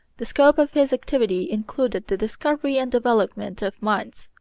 the scope of his activity included the discovery and development of mines.